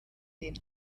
den